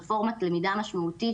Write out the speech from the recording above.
רפורמת למידה משמעותית,